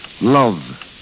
love